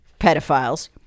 pedophiles